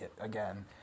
again